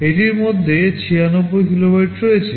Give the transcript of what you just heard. এটির মধ্যে 96 কিলোবাইট রয়েছে